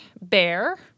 bear